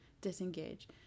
disengage